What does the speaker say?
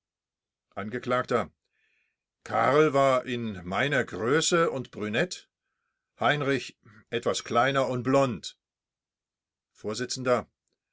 angekl karl war in meiner größe und brünett heinrich etwas kleiner und blond